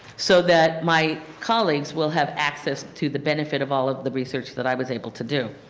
so that my colleagues will have access to the benefit of all of the research that i was able to do.